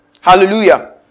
Hallelujah